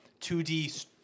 2D